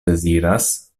deziras